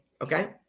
Okay